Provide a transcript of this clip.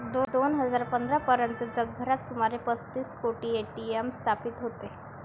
दोन हजार पंधरा पर्यंत जगभरात सुमारे पस्तीस कोटी ए.टी.एम स्थापित होते